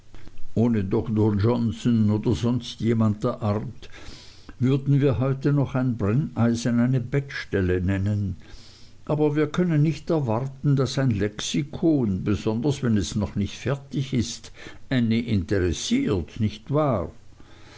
ohne doktor johnson oder sonst jemand der art würden wir heute noch ein brenneisen eine bettstelle nennen aber wir können nicht erwarten daß ein lexikon besonders wenn es noch nicht fertig ist ännie interessiert nicht wahr